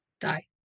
die